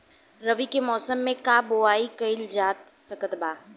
रवि के मौसम में का बोआई कईल जा सकत बा?